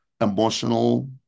emotional